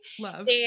Love